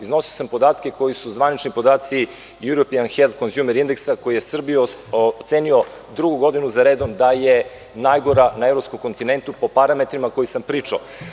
Iznosio sam podatke koji su zvanični podaci „“, koji je Srbiju ocenio drugu godinu za redom da je najgora na evropskom kontinentu po parametrima koje sam pričao.